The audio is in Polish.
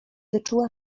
wyczuła